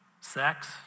sex